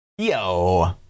yo